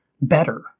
better